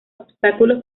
obstáculos